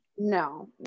No